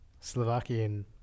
Slovakian